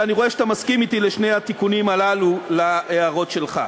ואני רואה שאתה מסכים אתי על שני התיקונים הללו להערות שלך.